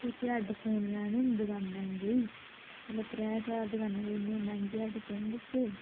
सोचेआ हैडफोन लैने न दकानै गेई पैह्ले त्रै चार दकानै गेई इन्ने मैंह्गे हैडफोन दस्से